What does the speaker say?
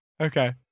Okay